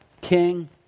king